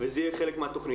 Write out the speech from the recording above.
וזה יהיה חלק מהתכנית.